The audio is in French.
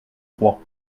trois